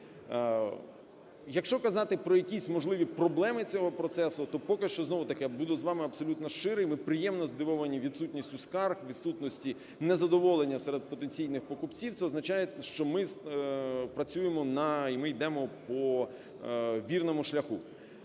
Якщо казати про якісь можливі проблеми цього процесу, то поки що знову-таки, що буду з вами абсолютно щирий, ми приємно здивовані відсутністю скарг, відсутністю незадоволення серед потенційних покупців. Це означає, що ми працюємо і ми йдемо по вірному шляху.